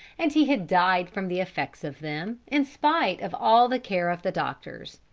and he had died from the effects of them in spite of all the care of the doctors.